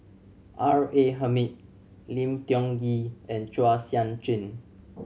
R A Hamid Lim Tiong Ghee and Chua Sian Chin